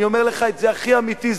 אני אומר לך את זה הכי אמיתי,